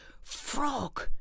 frog